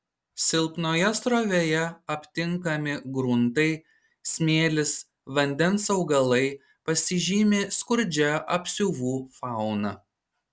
silpnoje srovėje aptinkami gruntai smėlis vandens augalai pasižymi skurdžia apsiuvų fauna